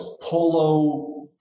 Polo